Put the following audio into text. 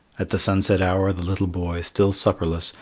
at the sunset hour the little boy, still supperless,